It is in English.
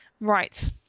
Right